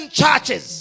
churches